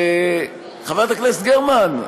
חברת הכנסת גרמן,